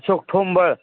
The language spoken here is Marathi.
चौठुंबर